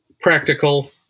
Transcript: practical